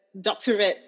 doctorate